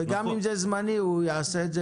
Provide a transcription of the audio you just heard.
גם אם זה זמני, אדם יעשה את זה